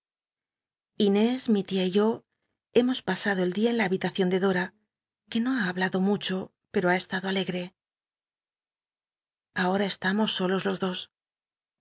inés mi tia y yo hemos pasado el dia en la habitacion de dora que no ha hablado mucho pero ha estado alegre ahora estamos solos los dos